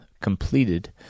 completed